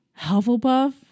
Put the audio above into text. Hufflepuff